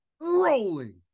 rolling